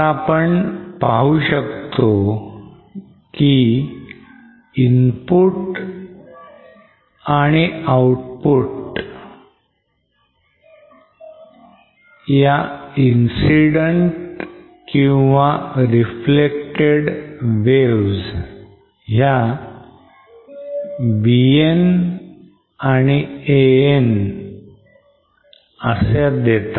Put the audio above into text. तर आपण पाहू शकतो की input and output the incident or reflected waves ह्या bn's आणि an's असे देतात